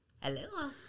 Hello